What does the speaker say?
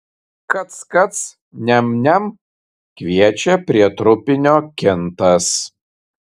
kac kac niam niam kviečia prie trupinio kintas